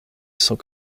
cent